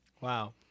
Wow